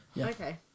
okay